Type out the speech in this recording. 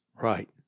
Right